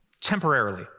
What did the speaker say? temporarily